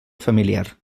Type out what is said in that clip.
familiar